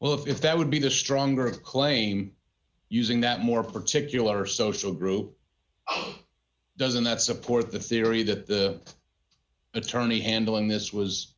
because that would be the stronger claim using that more particular social group doesn't that support the theory that the attorney handling this was